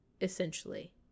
essentially